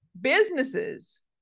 businesses